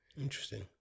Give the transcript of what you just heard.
Interesting